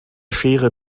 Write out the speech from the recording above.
schere